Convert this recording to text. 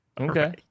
Okay